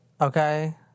okay